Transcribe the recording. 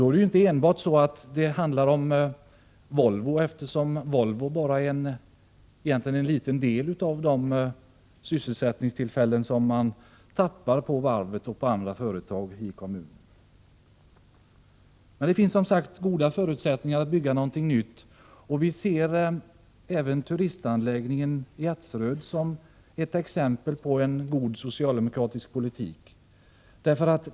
Det handlar inte enbart om Volvo, därför att antalet sysselsättningstillfällen där bara motsvarar en liten del av de sysselsättningstillfällen som går förlorade på varvet och i andra företag i kommunen. Det finns, som sagt, goda förutsättningar att bygga någonting nytt. Turistanläggningen i Ertseröd är ett exempel på god socialdemokratisk politik.